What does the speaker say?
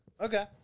Okay